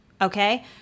okay